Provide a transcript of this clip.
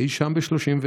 אי שם ב-1931,